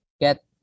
get